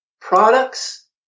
Products